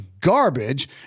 garbage